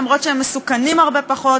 אף שהם מסוכנים הרבה פחות,